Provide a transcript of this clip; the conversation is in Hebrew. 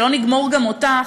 שלא נגמור גם אותך,